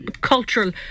cultural